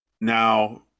Now